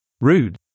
Rude